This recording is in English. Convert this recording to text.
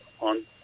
on